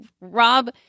Rob